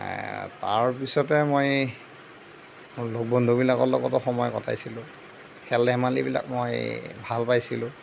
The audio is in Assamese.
তাৰপিছতে মই লগ বন্ধুবিলাকৰ লগতো সময় কটাইছিলোঁ খেল ধেমালিবিলাক মই ভাল পাইছিলোঁ